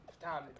time